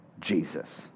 Jesus